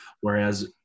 Whereas